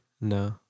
No